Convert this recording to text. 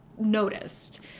noticed